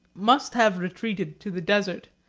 must have retreated to the desert,